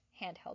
handheld